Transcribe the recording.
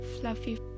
fluffy